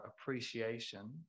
appreciation